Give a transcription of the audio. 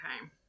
Okay